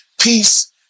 Peace